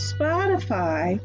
Spotify